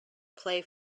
play